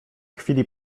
chwili